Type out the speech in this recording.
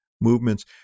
movements